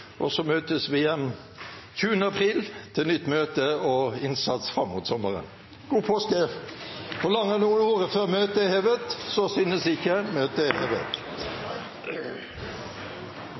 og ønske alle en riktig god påske. Så møtes vi igjen 20. april til innsats fram mot sommeren. Forlanger noen ordet før møtet heves? – Møtet er hevet.